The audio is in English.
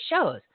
shows